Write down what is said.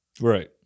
Right